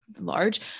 large